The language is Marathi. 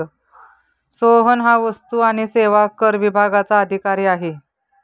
सोहन हा वस्तू आणि सेवा कर विभागाचा अधिकारी आहे